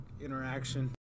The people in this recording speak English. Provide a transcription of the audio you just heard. interaction